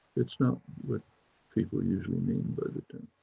it's not what people usually mean by the term.